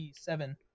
seven